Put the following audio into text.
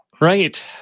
Right